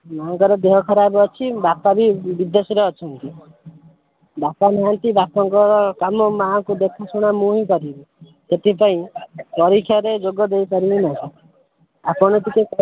ମାଙ୍କର ଦେହ ଖରାପ ଅଛି ବାପା ବି ବିଦେଶରେ ଅଛନ୍ତି ବାପା ନାହାନ୍ତି ବାପାଙ୍କ କାମ ମାଙ୍କ ଦେଖାଶୁଣା ମୁଁ ହିଁ କରିବି ଏଥିପାଇଁ ପରୀକ୍ଷାରେ ଯୋଗ ଦେଇପାରିବି ନାହିଁ ଆପଣ ଟିକିଏ